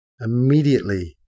immediately